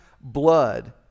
blood